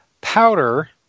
Powder